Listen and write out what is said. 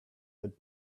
had